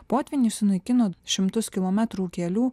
potvyniai sunaikino šimtus kilometrų kelių